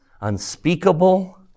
unspeakable